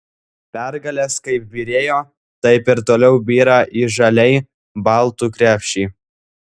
pergalės kaip byrėjo taip ir toliau byra į žaliai baltų krepšį